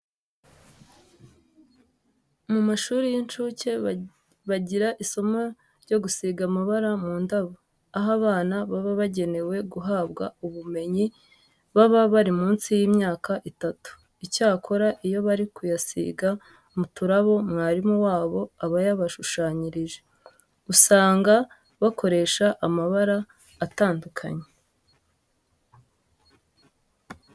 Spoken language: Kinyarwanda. Mu mashuri y'incuke bajya bagira isomo ryo gusiga amabara mu ndabo, aho abana baba bagenewe guhabwa ubu bumenyi baba bari munsi y'imyaka itatu. Icyakora iyo bari kuyasiga mu turabo mwarimu wabo aba yabashushanyirije, usanga bakoresha amabara atandukanye.